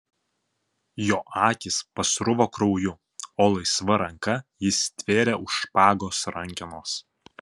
jo akys pasruvo krauju o laisva ranka jis stvėrė už špagos rankenos